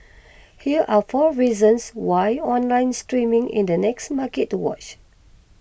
here are four reasons why online streaming is the next market to watch